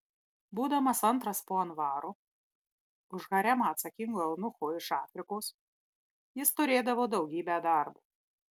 būdamas antras po anvaro už haremą atsakingo eunucho iš afrikos jis turėdavo daugybę darbo